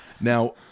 Now